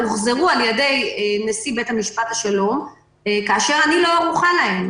הוחזרו על-ידי נשיא בית משפט השלום כאשר אני לא ערוכה אליהם.